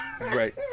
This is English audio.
Right